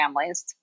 families